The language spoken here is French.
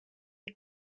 est